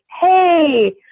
Hey